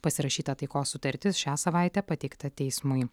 pasirašyta taikos sutartis šią savaitę pateikta teismui